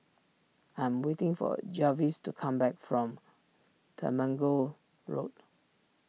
I am waiting for Jarvis to come back from Temenggong Road